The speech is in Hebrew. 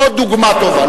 זו לא דוגמה טובה.